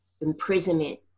imprisonment